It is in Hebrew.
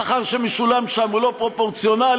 השכר שמשולם שם הוא לא פרופורציונלי,